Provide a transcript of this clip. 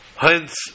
Hence